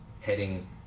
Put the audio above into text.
Heading